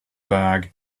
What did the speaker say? bag